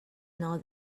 know